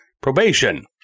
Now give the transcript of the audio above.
probation